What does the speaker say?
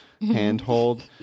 handhold